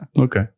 Okay